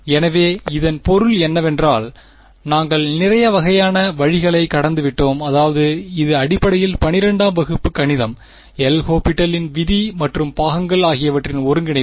எனவே இதன் பொருள் என்னவென்றால் நாங்கள் நிறைய வகையான வழிகளைக் கடந்துவிட்டோம் அதாவது இது அடிப்படையில் 12 ஆம் வகுப்பு கணிதம் எல் ஹோப்பிடல் L'Hopital இன் விதி மற்றும் பாகங்கள் ஆகியவற்றின் ஒருங்கிணைப்பு